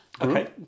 Okay